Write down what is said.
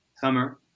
summer